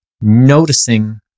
noticing